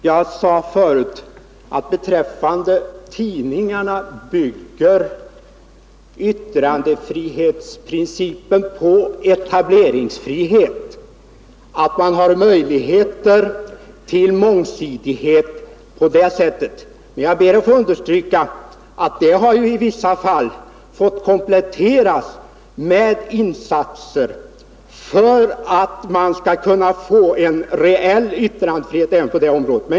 Herr talman! Nej, som jag sade tidigare bygger yttrandefrihetsprincipen när det gäller tidningarna på etableringsfrihet och att man alltså har möjligheter till mångsidighet på det sättet. Men jag ber att få understryka att det i vissa fall har fått kompletteras med speciella insatser för att man skall få en reell yttrandefrihet på det området.